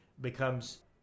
becomes